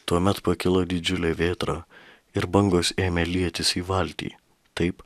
tuomet pakilo didžiulė vėtra ir bangos ėmė lietis į valtį taip